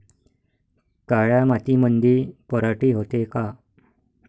काळ्या मातीमंदी पराटी होते का?